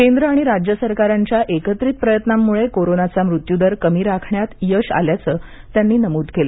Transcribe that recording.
केंद्र आणि राज्य सरकारांच्या एकत्रित प्रयत्नांमुळे कोरोनाचा मृत्यू दर कमी राखण्यात यश आल्याचं त्यांनी नमूद केलं